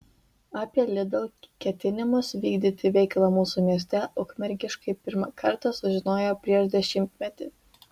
apie lidl ketinimus vykdyti veiklą mūsų mieste ukmergiškiai pirmą kartą sužinojo prieš dešimtmetį